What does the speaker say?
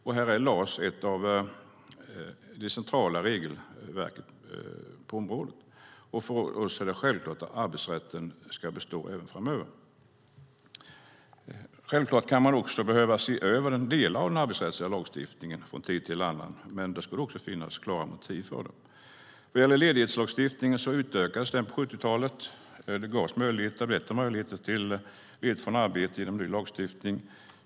LAS är ett av de centrala regelverken på området. Det är självklart för oss att arbetsrätten ska bestå även framöver. Man kan självfallet behöva se över delar av den arbetsrättsliga lagstiftningen från tid till annan, men då ska det finnas klara motiv för det. Ledighetslagstiftningen utökades på 70-talet. Det gavs bättre möjligheter till ledighet från arbetet genom en ny lagstiftning.